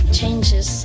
changes